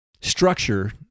structure